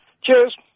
Cheers